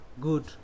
good